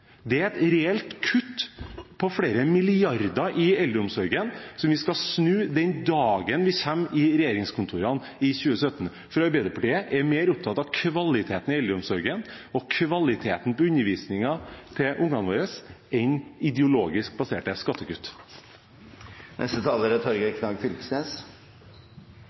Det er et reelt kutt på flere milliarder kroner i eldreomsorgen, som vi skal snu den dagen vi kommer inn i regjeringskontorene i 2017. For Arbeiderpartiet er mer opptatt av kvaliteten i eldreomsorgen og kvaliteten på undervisningen til ungene våre enn av ideologisk baserte skattekutt. Det er